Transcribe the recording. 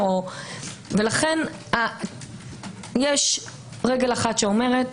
לכן יש רגל אחת שאומרת: